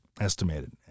estimated